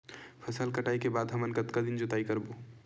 फसल कटाई के बाद हमन कतका दिन जोताई करबो?